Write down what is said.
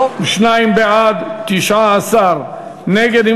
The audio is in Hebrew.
42 בעד, 19 נגד.